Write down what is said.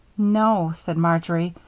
no, said marjory.